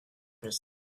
crystal